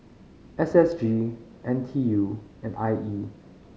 S S G N T U and I E